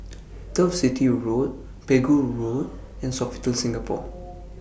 Turf City Road Pegu Road and Sofitel Singapore